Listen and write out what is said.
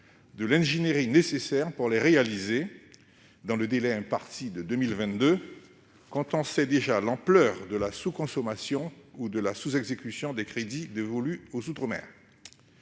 de l'ingénierie nécessaire pour les réaliser dans le délai imparti, soit avant 2022, étant donné l'ampleur actuelle de la sous-consommation ou de la sous-exécution des crédits dévolus aux outre-mer